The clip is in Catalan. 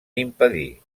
impedir